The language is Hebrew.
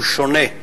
הוא שונה.